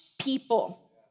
people